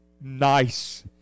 nice